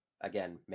Again